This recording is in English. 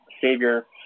savior